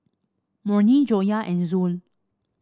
Murni Joyah and Zul